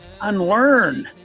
Unlearn